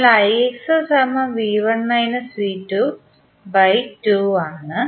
എന്നാൽ ആണ്